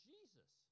Jesus